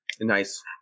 Nice